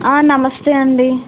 నమస్తే అండి